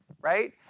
right